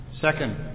Second